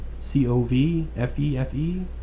C-O-V-F-E-F-E